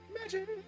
Magic